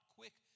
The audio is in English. quick